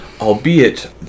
Albeit